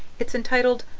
it's entitled,